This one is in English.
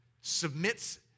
submits